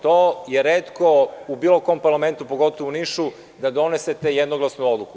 To je retko u bilo kom parlamentu, pogotovo u Nišu da donesete jednoglasnu odluku.